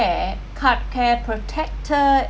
card care protected